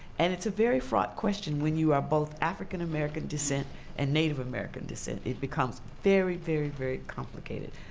and it's a very fraught question when you are both african american descent and native american descent. it becomes very, very, very complicated.